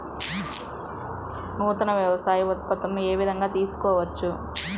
నూతన వ్యవసాయ ఉత్పత్తులను ఏ విధంగా తెలుసుకోవచ్చు?